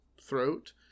throat